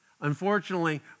Unfortunately